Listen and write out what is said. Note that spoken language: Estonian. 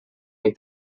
ning